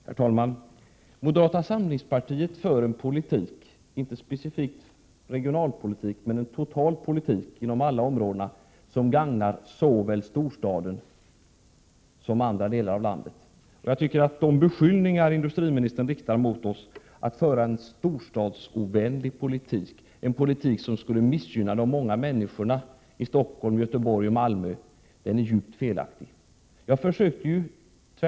Herr talman! Moderata samlingspartiet för en politik som inte är en specifik regionalpolitik utan en total politik inom alla områden. Den gagnar såväl storstaden som andra delar av landet. Industriministern riktar beskyllningen mot oss för att föra en storstadsovänlig politik som skulle missgynna de många människorna i Stockholm, Göteborg och Malmö. Jag tycker att Prot. 1987/88:127 den beskyllningen är djupt felaktig.